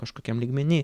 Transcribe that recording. kažkokiam lygmeny